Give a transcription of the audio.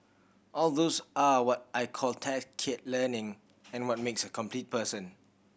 all those are what I call tacit learning and what makes a complete person